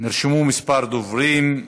נרשמו כמה דוברים.